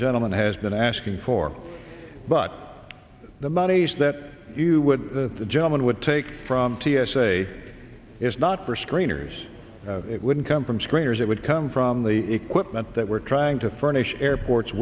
gentleman has been asking for but the monies that you would the gentleman would take from t s a is not for screeners it wouldn't come from screeners it would come from the equipment that we're trying to furnish airports